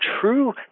true